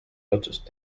otsust